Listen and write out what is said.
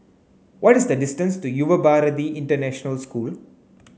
what is the distance to Yuva Bharati International School